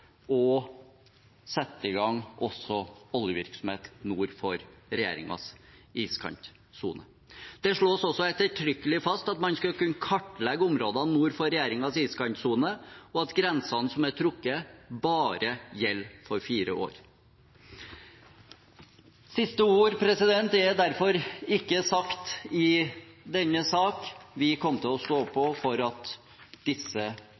og sette i gang oljevirksomhet også nord for regjeringens iskantsone. Det slås også ettertrykkelig fast at man skal kunne kartlegge områdene nord for regjeringens iskantsone, og at grensene som er trukket, bare gjelder for fire år. Siste ord er derfor ikke sagt i denne sak. Vi kommer til å stå på for at disse